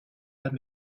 âme